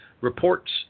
reports